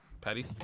Patty